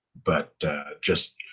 but just